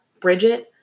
Bridget